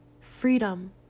freedom